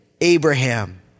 Abraham